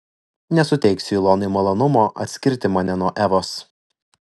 nesuteiksiu ilonai malonumo atskirti mane nuo evos